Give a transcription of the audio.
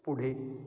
पुढे